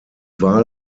wahl